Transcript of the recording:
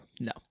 No